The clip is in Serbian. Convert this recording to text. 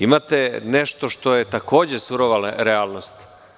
Imate nešto što je takođe surova realnost.